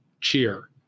cheer